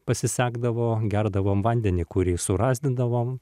pasisekdavo gerdavom vandenį kurį surasdindavom